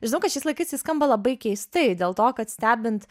žinau kad šiais laikais tai skamba labai keistai dėl to kad stebint